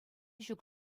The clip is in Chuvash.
ҫук